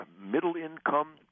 middle-income